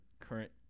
current